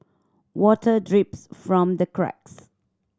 water drips from the cracks